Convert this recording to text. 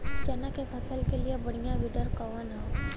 चना के फसल के लिए बढ़ियां विडर कवन ह?